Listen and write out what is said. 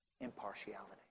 impartiality